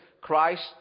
Christ